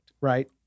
right